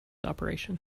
operation